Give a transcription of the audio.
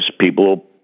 people